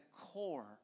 core